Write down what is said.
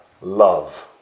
love